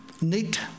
Neat